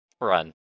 run